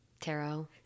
Tarot